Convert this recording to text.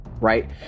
right